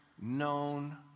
known